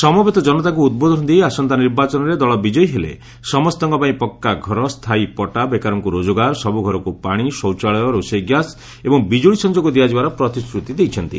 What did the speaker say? ସମବେତ ଜନତାଙ୍କୁ ଉଦ୍ବୋଧନ ଦେଇ ଆସନ୍ତା ନିର୍ବାଚନରେ ଦଳ ବିଜୟୀ ହେଲେ ସମସ୍ତଙ୍କ ପାଇଁ ପକ୍କାଘର ସ୍ଚାୟୀ ପଟା ବେକାରଙ୍କୁ ରୋଜଗାର ସବୁ ଘରକୁ ପାଶି ଶୌଚାଳୟ ରୋଷେଇ ଗ୍ୟାସ୍ ଏବଂ ବିଜୁଳି ସଂଯୋଗ ଦିଆଯିବାର ପ୍ରତିଶ୍ରତି ଦେଇଛନ୍ତି